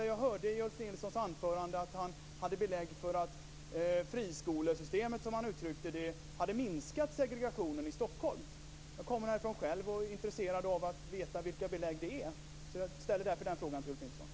Jag hörde i Ulf Nilssons anförande att han hade belägg för att friskolesystemet, som han uttryckte det, hade minskat segregationen i Stockholm. Jag kommer därifrån själv och är intresserad av att veta vilka belägg det är. Jag ställer därför den frågan till Ulf Nilsson.